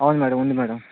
అవును మ్యాడమ్ ఉంది మ్యాడమ్